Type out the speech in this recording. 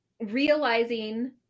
realizing